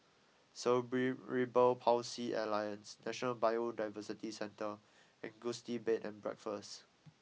Cerebral Palsy Alliance National Biodiversity Centre and Gusti Bed and Breakfast